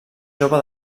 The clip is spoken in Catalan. jove